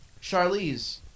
Charlize